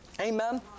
Amen